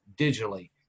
digitally